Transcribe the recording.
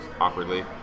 awkwardly